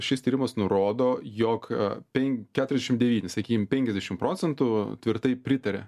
šis tyrimas nurodo jog pen keturišim devyni sakykim penkiasdešim procentų tvirtai pritaria